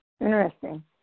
Interesting